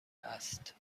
است